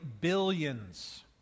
billions